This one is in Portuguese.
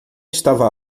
estava